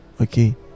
okay